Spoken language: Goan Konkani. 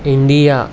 इंडिया